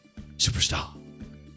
Superstar